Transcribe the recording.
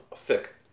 thick